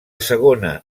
segona